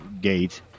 gate